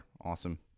awesome